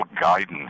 guidance